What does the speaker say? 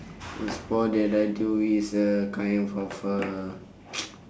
a sports that I do is a kind of of uh